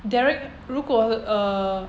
derek 如果 err